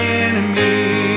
enemy